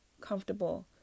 comfortable